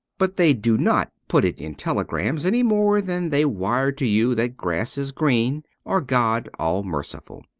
but they do not put it in telegrams any more than they wire to you that grass is green or god all-merciful.